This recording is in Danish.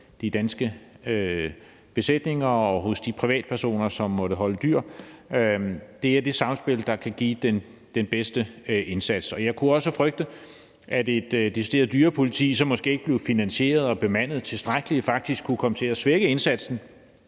de danske besætninger og hos de privatpersoner, som måtte holde dyr; at det er det samspil, der kan give den bedste indsats. Jeg kunne også frygte, at et decideret dyrepoliti, som måske ikke blev finansieret og bemandet tilstrækkeligt, faktisk kunne komme til at svække indsatsen,